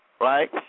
right